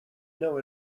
know